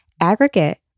Aggregate